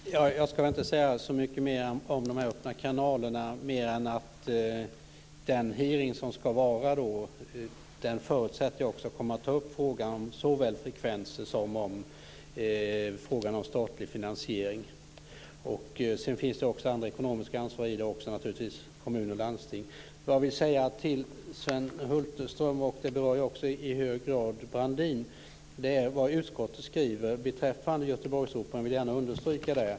Fru talman! Jag ska inte säga så mycket mer om de öppna kanalerna än att jag förutsätter att man vid den hearing som ska hållas också tar upp såväl frågan om frekvenser som frågan om statlig finansiering. Det finns också andra ekonomiska ansvarsfrågor i sammanhanget som berör kommuner och landsting. Jag vill för Sven Hulterström och inte minst Claes-Göran Brandin understryka det som utskottet skriver om Göteborgsoperan.